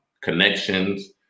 connections